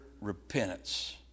repentance